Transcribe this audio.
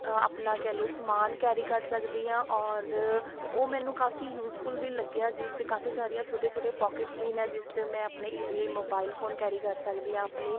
ਆਪਣਾ ਕਹਿ ਲਉ ਸਮਾਨ ਕੈਰੀ ਕਰ ਸਕਦੀ ਹਾਂ ਓਰ ਉਹ ਮੈਨੂੰ ਕਾਫੀ ਯੂਸਫੁੱਲ ਵੀ ਲੱਗਿਆ ਜਿਸ 'ਚ ਕਾਫੀ ਸਾਰੀਆਂ ਛੋਟੀਆਂ ਛੋਟੀਆਂ ਪੋਕਿਟਸ ਵੀ ਨੇ ਜਿਸ 'ਚ ਮੈਂ ਆਪਣੇ ਇਜ਼ੀਲੀ ਮੋਬਾਇਲ ਫੋਨ ਕੈਰੀ ਕਰ ਸਕਦੀ ਹਾਂ ਆਪਣੀ